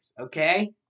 Okay